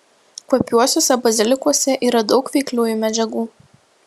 kvapiuosiuose bazilikuose yra daug veikliųjų medžiagų